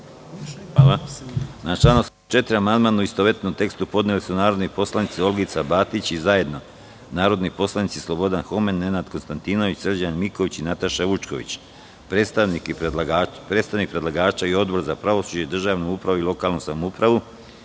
Na član 84. amandman, u istovetnom tekstu, podneli su narodni poslanik Olgica Batić i zajedno narodni poslanici Slobodan Homen, Nenad Konstantinović, Srđan Miković i Nataša Vučković. Predstavnik predlagača i Odbor za pravosuđe, državnu upravu i lokalnu samoupravu